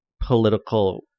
political